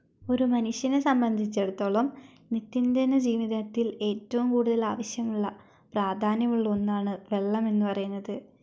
ഒരു മനുഷ്യനെ സംബന്ധിച്ചെടുത്തോളം നിത്യേന ജീവിതത്തിൽ ഏറ്റവും കൂടുതൽ ആവശ്യമുള്ള പ്രാധാന്യമുള്ള ഒന്നാണ് വെള്ളം എന്നു പറയുന്നത്